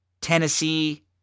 Tennessee